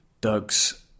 Doug's